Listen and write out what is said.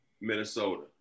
Minnesota